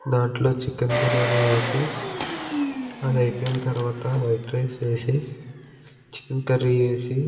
దాంట్లో చికెన్ బిర్యానీ వేసి అది అయిపోయిన తర్వాత వైట్ రైస్ వేసి చికెన్ కర్రీ వేసి